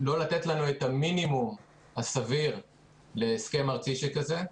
לא לתת לנו את המינימום הסביר להסכם ארצי שכזה,